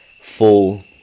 full